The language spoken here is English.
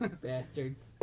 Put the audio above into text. bastards